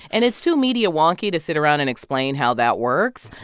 and it's too media-wonky to sit around and explain how that works,